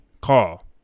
call